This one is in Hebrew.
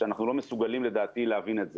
שאנחנו לא מסוגלים לדעתי להבין את זה.